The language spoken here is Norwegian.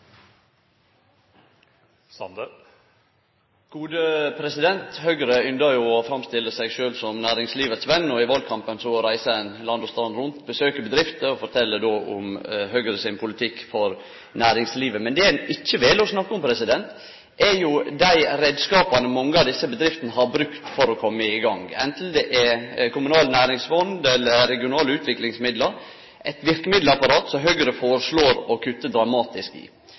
Høgre yndar jo å framstille seg sjølv som næringslivet sin ven, og i valkampen reiser dei land og strand rundt og besøkjer bedrifter og fortel om Høgre sin politikk for næringslivet. Men det ein ikkje vel å snakke om, er dei reiskapane mange av desse bedriftene har brukt for å kome i gang, anten det er kommunale næringsfond eller regionale utviklingsmidlar – eit verkemiddelapparat som Høgre foreslår å kutte dramatisk i.